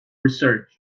research